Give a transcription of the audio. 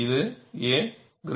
இது a≥2